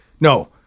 No